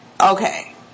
okay